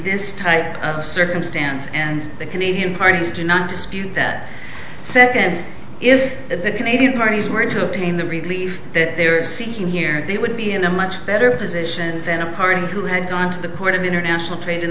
this type of circumstance and the comedian parties do not dispute that second if the canadian parties were to obtain the relief that they are seeking here it would be in a much better position than a party who had gone to the port of international trade in